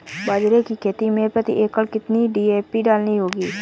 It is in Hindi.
बाजरे की खेती में प्रति एकड़ कितनी डी.ए.पी डालनी होगी?